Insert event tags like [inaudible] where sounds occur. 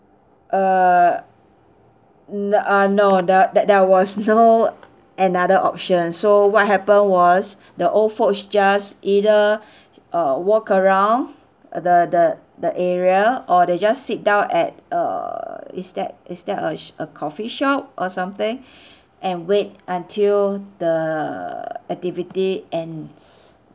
err n~ ah no there there there was no another option so what happened was the old folks just either uh walk around the the the area or they just sit down at err is that is that a sh~ a coffee shop or something [breath] and wait until the activity ends